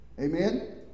Amen